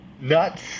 nuts